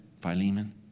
Philemon